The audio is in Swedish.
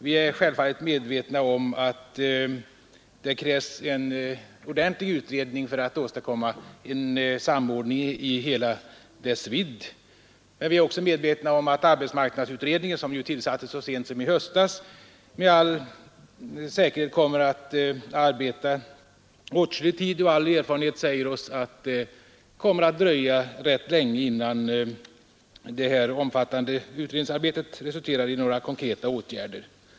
Vi inser självfallet att det krävs en ordentlig utredning för att åstadkomma en samordning i hela dess vidd, men vi är också medvetna om att arbetsmarknadsutredningen, som ju tillsattes så sent som i höstas, med all säkerhet kommer att arbeta åtskillig tid. All erfarenhet säger oss att det kommer att dröja rätt länge innan det här omfattande utredningsarbetet resulterar i några konkreta åtgärder.